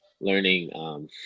learning